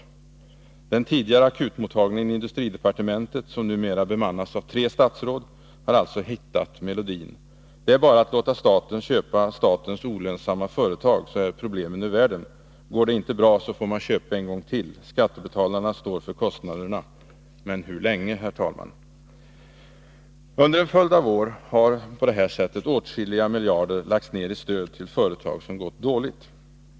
Den tidigare akutmottagningen i industridepartementet, som numera bemannas av tre statsråd, har alltså hittat melodin. Det är bara att låta staten köpa statens olönsamma företag, så är problemen ur världen. Går det inte bra får man köpa en gång till. Skattebetalarna står för kostnaderna. Men hur länge? Under en följd av år har på det här sättet åtskilliga miljarder lagts ned i stöd till företag som gått dåligt.